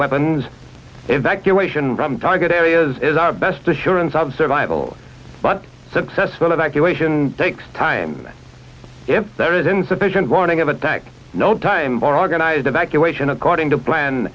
weapons evacuation from target areas is our best assurance of survival but successful evacuation takes time if there is insufficient warning of attack no time for organized evacuation according to plan